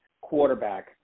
quarterback